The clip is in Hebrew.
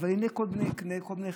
אבל לעיני כל בני חת,